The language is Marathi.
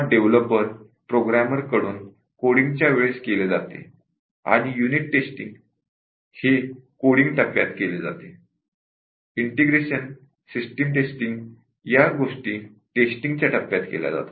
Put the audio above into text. डेव्हलपर प्रोग्रॅमर कडून कोडिंग च्या वेळेस केले जाते आणि युनिट टेस्टिंग हे कोडिंग टप्प्यात केले जाते आणि इंटिग्रेशन सिस्टम टेस्टिंग या गोष्टी टेस्टिंगच्या टप्प्यात केल्या जातात